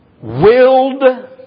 willed